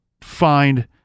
find